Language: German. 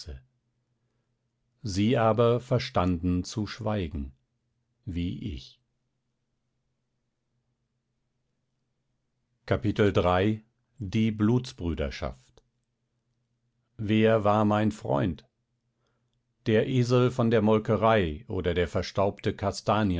sie aber verstanden zu schweigen wie ich die blutsbrüderschaft wer war mein freund der esel von der molkerei oder der verstaubte